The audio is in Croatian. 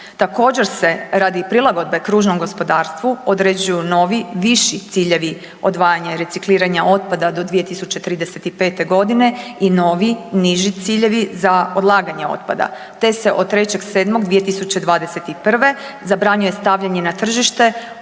Također se radi prilagodbe kružnom gospodarstvu određuju novi viši ciljevi odvajanja i recikliranja otpada do 2035.g. i novi niži ciljevi za odlaganje otpada, te se od 3.7. 2021. zabranjuje stavljanje na tržište